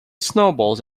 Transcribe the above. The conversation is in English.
snowballs